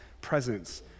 presence